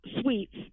suites